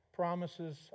promises